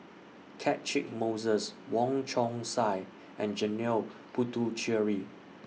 Catchick Moses Wong Chong Sai and Janil Puthucheary